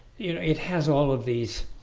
you know, it has all of these